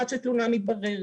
עד שתלונה מתבררת,